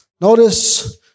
notice